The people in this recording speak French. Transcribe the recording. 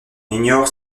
ignore